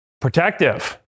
protective